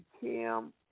kim